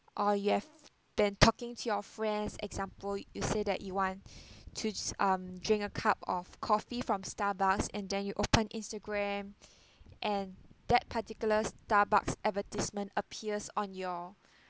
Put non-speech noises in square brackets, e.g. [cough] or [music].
or you have been talking to your friends example you say that you want [breath] to um drink a cup of coffee from Starbucks and then you open Instagram [breath] and that particular Starbucks advertisement appears on your